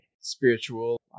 spiritual